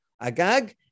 Agag